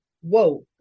Whoa